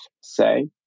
say